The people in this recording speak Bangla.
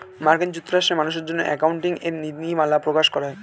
মার্কিন যুক্তরাষ্ট্রে মানুষের জন্য অ্যাকাউন্টিং এর নীতিমালা প্রকাশ করা হয়